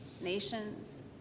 nations